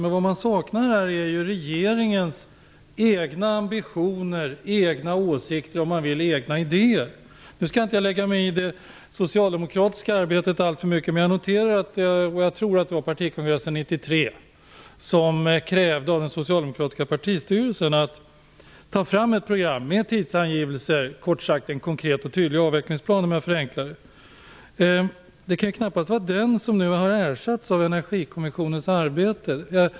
Men här saknas regeringens egna ambitioner, egna åsikter och egna idéer. Jag skall inte lägga mig i det socialdemokratiska arbetet alltför mycket, men jag tror att det var den socialdemokratiska partikongressen 1993 som krävde av den socialdemokratiska partistyrelsen att ta fram ett program med tidsangivelser, kort sagt en konkret och tydlig avvecklingsplan, om jag förenklar det. Det kan knappast vara den som nu har ersatts av Energikommissionens arbete.